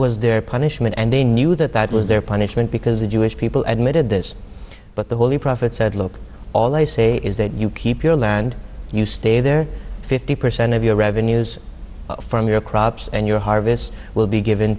was their punishment and they knew that that was their punishment because the jewish people admitted this but the holy prophet said look all they say is that you keep your land and you stay there fifty percent of your revenues from your crops and your harvest will be given